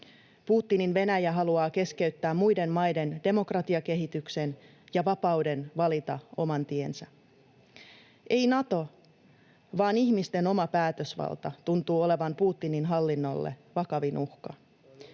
Putinin Venäjä haluaa keskeyttää muiden maiden demokratiakehityksen ja vapauden valita oman tiensä. Ei Nato vaan ihmisten oma päätösvalta tuntuu olevan Putinin hallinnolle vakavin uhka.